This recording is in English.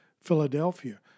Philadelphia